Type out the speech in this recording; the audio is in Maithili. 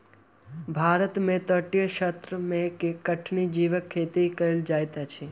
भारत में तटीय क्षेत्र में कठिनी जीवक खेती कयल जाइत अछि